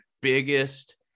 biggest